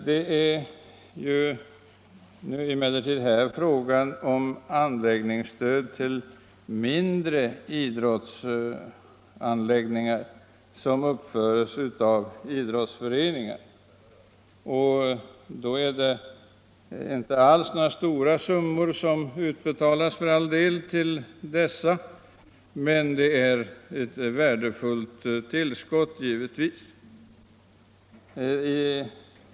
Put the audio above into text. Det är emellertid här fråga om anläggningsstöd till mindre idrottsanläggningar som uppförs av idrottsföreningar. Det är för all del inte några stora summor som utbetalas, men det blir givetvis ett värdefullt tillskott.